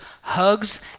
hugs